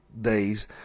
days